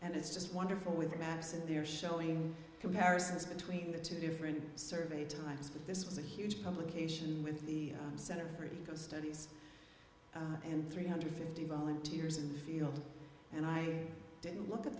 and it's just wonderful with maps in there showing comparisons between the two different survey times but this was a huge publication with the center for eco studies and three hundred fifty volunteers in the field and i didn't look at